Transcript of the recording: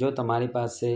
જો તમારી પાસે